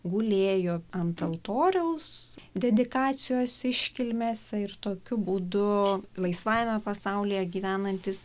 gulėjo ant altoriaus dedikacijos iškilmėse ir tokiu būdu laisvajame pasaulyje gyvenantys